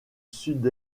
sud